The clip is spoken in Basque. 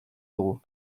dugu